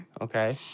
Okay